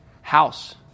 House